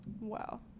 Wow